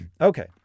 okay